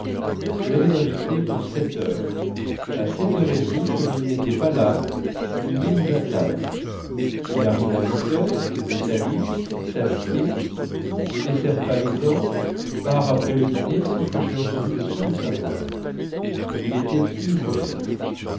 je l'avais invité pour sept heures à sept heures et demie comme il n'était pas là nous nous mîmes à table il arriva à huit heures me salua s'assied ne desserre pas les dents part après le dîner sans que j'aie entendu le son de sa voix il était